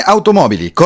Automobili